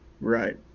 Right